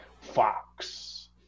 Fox